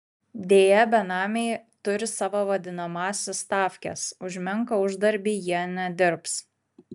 deja benamiai turi savo vadinamąsias stavkes už menką uždarbį jie nedirbs